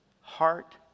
Heart